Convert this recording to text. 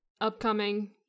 upcoming